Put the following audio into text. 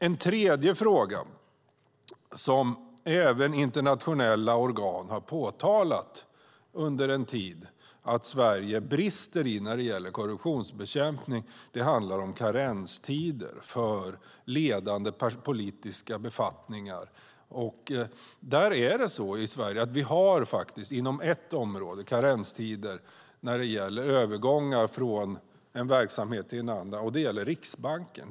En tredje fråga, som även internationella organ har påtalat under en tid att Sverige brister i när det gäller korruptionsbekämpning, handlar om karenstider för ledande politiska befattningar. Inom ett område har vi i Sverige karenstid när det gäller övergång från en verksamhet till en annan, och det är Riksbanken.